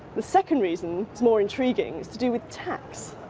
the second reason is more intriguing, it's to do with tax.